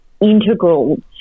integral